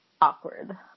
awkward